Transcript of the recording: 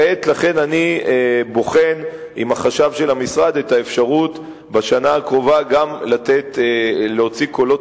לכן אני בוחן עם החשב של המשרד את האפשרות גם להוציא קולות